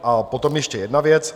A potom je ještě jedna věc.